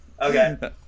Okay